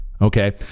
okay